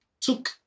took